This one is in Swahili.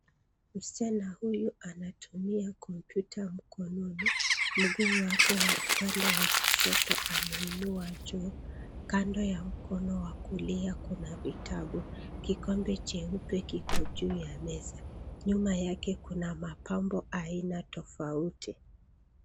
Msichana huyu anatumia komputa mkononi make, mguu wake wa upande wa kushoto ameinua juu, kando ya mkono wa kulia Kuna vitabu, kikombe cheupe kiko juu ya meza, nyuma yake Kuna mapambo aina tofauti .